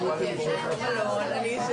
בין אם זה כמו שאמרנו,